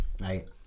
Right